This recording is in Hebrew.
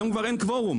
היום כבר אין קוורום.